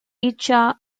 ithaca